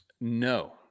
no